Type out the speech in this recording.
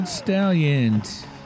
Stallions